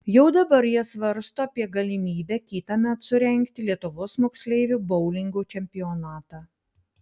jau dabar jie svarsto apie galimybę kitąmet surengti lietuvos moksleivių boulingo čempionatą